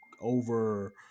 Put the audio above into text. over